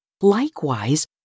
Likewise